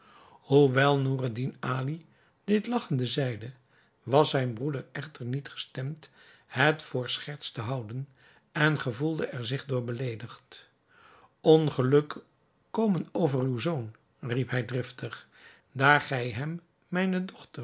hoewel noureddin ali dit lagchende zeide was zijn broeder echter niet gestemd het voor scherts te houden en gevoelde er zich door beleedigd ongeluk kome over uw zoon riep hij driftig daar gij hem mijne